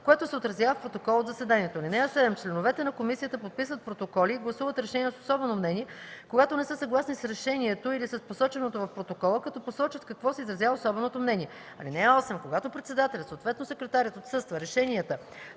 което се отразява в протокола от заседанието. (7) Членовете на комисията подписват протоколи и гласуват решения с особено мнение, когато не са съгласни с решението или с посоченото в протокола, като посочват в какво се изразява особеното мнение. (8) Когато председателят, съответно секретарят отсъства, решенията,